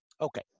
Okay